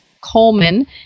Coleman